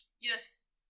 yes